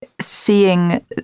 seeing